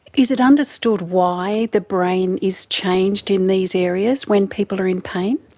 is it understood why the brain is changed in these areas when people are in pain?